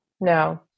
no